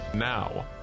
Now